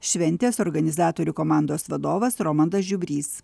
šventės organizatorių komandos vadovas romandas žiubrys